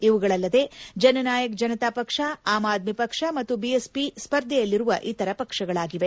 ಇವುಗಳಲ್ಲದೆ ಜನ್ ನಾಯಕ್ ಜನತಾ ಪಕ್ಷ ಆಮ್ ಆದ್ಮಿ ಪಕ್ಷ ಮತ್ತು ಬಿಎಸ್ಪಿ ಸ್ಪರ್ಧೆಯಲ್ಲಿರುವ ಇತರ ಪಕ್ಷಗಳಾಗಿವೆ